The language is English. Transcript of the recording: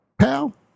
pal